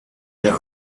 der